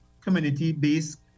community-based